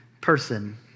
person